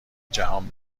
جهان